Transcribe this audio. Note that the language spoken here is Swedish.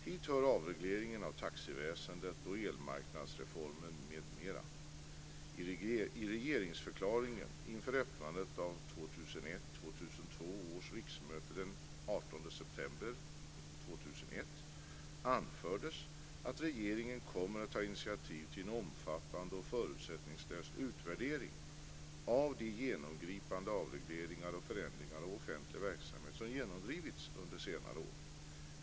Hit hör avregleringen av taxiväsendet och elmarknadsreformen m.m. 2001/02 års riksmöte den 18 september 2001 anfördes att regeringen kommer att ta initiativ till en omfattande och förutsättningslös utvärdering av de genomgripande avregleringar och förändringar av offentlig verksamhet som genomdrivits under senare år.